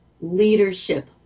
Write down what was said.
leadership